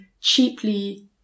cheaply